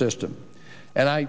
system and i